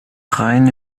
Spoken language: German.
rhein